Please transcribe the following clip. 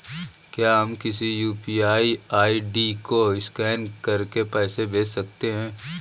क्या हम किसी यू.पी.आई आई.डी को स्कैन करके पैसे भेज सकते हैं?